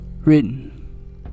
Written